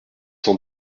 cent